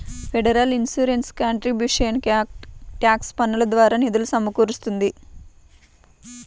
federal insurance contributions act tax పన్నుల ద్వారా నిధులు సమకూరుస్తుంది